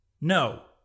No